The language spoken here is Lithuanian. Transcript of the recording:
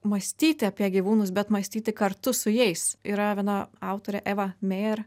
mąstyti apie gyvūnus bet mąstyti kartu su jais yra viena autorė eva mejer